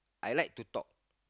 I like to talk